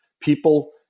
People